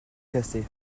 cassé